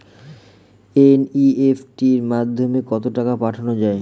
NEFT মাধ্যমে কত টাকা পাঠানো যায়?